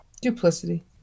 Duplicity